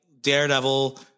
Daredevil